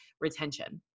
retention